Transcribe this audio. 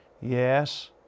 Yes